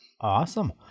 Awesome